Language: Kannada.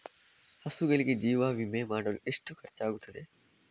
ಹಸುಗಳಿಗೆ ಜೀವ ವಿಮೆ ಮಾಡಲು ಎಷ್ಟು ಖರ್ಚಾಗುತ್ತದೆ?